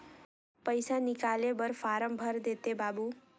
पइसा निकाले बर फारम भर देते बाबु?